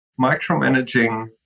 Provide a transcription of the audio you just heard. micromanaging